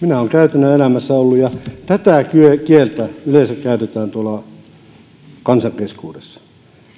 minä olen käytännön elämässä ollut ja tätä kieltä yleensä käytetään tuolla kansan keskuudessa